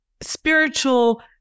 spiritual